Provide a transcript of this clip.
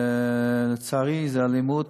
לצערי, זאת אלימות